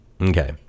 Okay